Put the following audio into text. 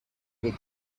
would